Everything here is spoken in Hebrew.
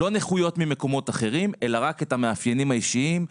לא נכויות ממקומות אחרים אלא רק את המאפיינים האישיים.